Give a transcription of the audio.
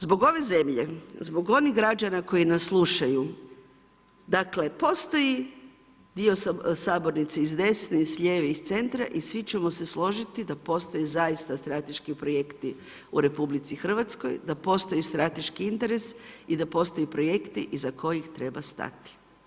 Zbog ove zemlje, zbog onih građana koji nas slušaju, dakle postoji dio sam sabornice, i s desne i s lijeva i s centra i svi ćemo složiti da postoje zaista strateški projekti u RH, da postoji strateški interes i da postoje projekti iza kojih treba stati.